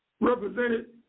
represented